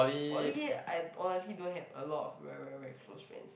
poly I honestly don't have a lot of very very very close friends